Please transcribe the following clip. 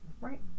right